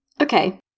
Okay